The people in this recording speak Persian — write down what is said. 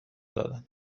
دادند